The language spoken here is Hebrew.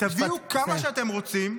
-- תביאו כמה שאתם רוצים,